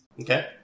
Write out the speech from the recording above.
Okay